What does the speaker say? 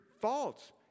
faults